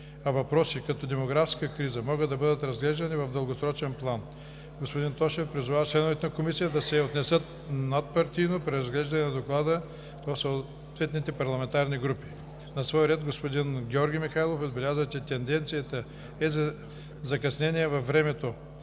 а въпроси като демографската криза могат да бъдат разглеждани в дългосрочен план. Господин Тошев призова членовете на Комисията да се отнесат надпартийно при разглеждането на Доклада в съответните парламентарни групи. На свой ред господин Георги Михайлов отбеляза, че тенденцията е за закъснение във времето